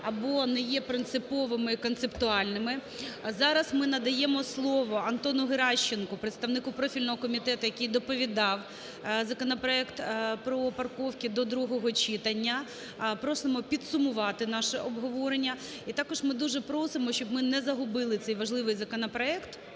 або не є принциповими і концептуальними. Зараз ми надаємо слово Антону Геращенко представнику профільного комітету, який доповідав законопроект про парковки до другого читання. Просимо підсумувати наше обговорення. І також ми дуже просимо, щоб ми не загубили цей важливий законопроект,